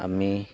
আমি